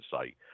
say